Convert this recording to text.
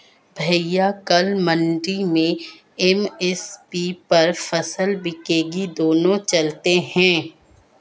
भैया कल मंडी में एम.एस.पी पर फसल बिकेगी दोनों चलते हैं